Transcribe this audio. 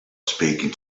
speaking